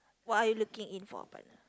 what are you looking in for a partner